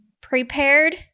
prepared